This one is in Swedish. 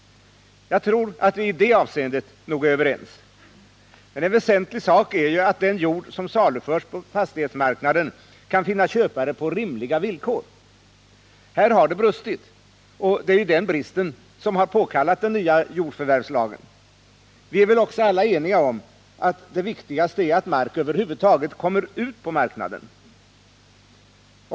Jag tror att vi i det avseendet är överens. En väsentlig sak är att den jord som saluförs på fastighetsmarknaden kan finna köpare på rimliga villkor. Här har det brustit, och det är den bristen som har påkallat den nya jordförvärvslagen. Vi är väl också alla eniga om att det viktigaste är att mark över huvud taget kommer ut på marknaden.